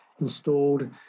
installed